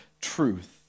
truth